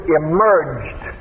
emerged